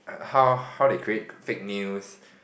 how how they create fake news